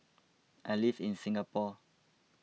I live in Singapore